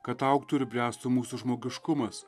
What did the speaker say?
kad augtų ir bręstų mūsų žmogiškumas